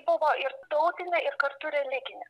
buvo ir tautinė ir kartu religinė